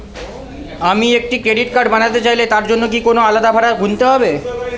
আমি একটি credit card বানাতে চাইলে তার জন্য কি কোনো আলাদা ভাড়া গুনতে হবে?